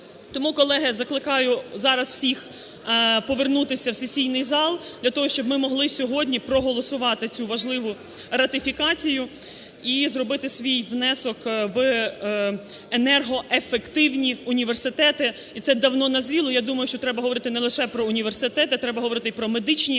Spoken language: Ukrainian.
Тому, колеги, закликаю зараз всіх повернутися в сесійний зал для того, щоб ми могли сьогодні проголосувати цю важливу ратифікацію і зробити свій внесок в енергоефективні університети. І це давно назріло, я думаю, що треба говорити не лише про університети, а треба говорити і про медичні